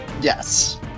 Yes